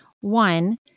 One